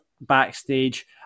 backstage